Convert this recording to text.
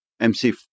MC